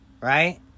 Right